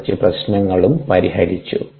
കുറച്ചു പ്രശ്നങ്ങളും പരിഹരിച്ചു